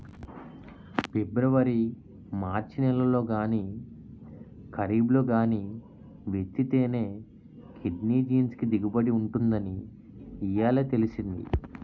February March నెలల్లో గానీ, కరీబ్లో గానీ విత్తితేనే కిడ్నీ బీన్స్ కి దిగుబడి ఉంటుందని ఇయ్యాలే తెలిసింది